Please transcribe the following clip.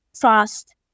trust